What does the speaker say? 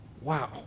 Wow